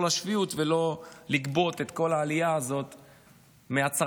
לשפיות ולא לגבות את כל העלייה הזאת מהצרכן,